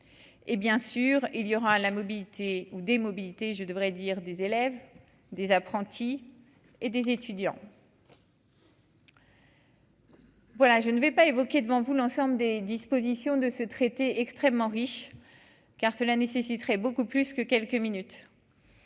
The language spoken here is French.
et bien sûr il y aura la mobilité ou des mobilités, je devrais dire des élèves des apprentis et des étudiants. Voilà, je ne vais pas évoquer devant vous, l'ensemble des dispositions de ce traité, extrêmement riche, car cela nécessiterait beaucoup plus que quelques minutes,